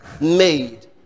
made